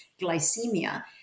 glycemia